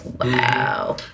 wow